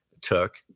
took